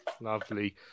Lovely